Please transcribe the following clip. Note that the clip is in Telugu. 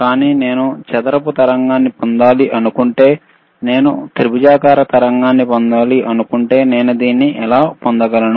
కానీ నేను చదరపు తరంగాన్ని పొందాలనుకుంటే నేను త్రిభుజాకార తరంగాన్ని పొందాలనుకుంటే నేను దీన్ని ఎలా పొందగలను